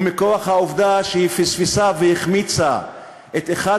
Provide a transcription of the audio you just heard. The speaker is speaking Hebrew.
ומכוח העובדה שהיא פספסה והחמיצה את אחד